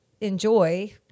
enjoy